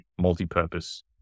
multipurpose